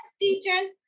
teachers